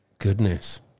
Goodness